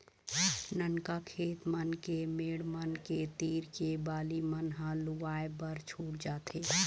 ननका खेत मन के मेड़ मन के तीर के बाली मन ह लुवाए बर छूट जाथे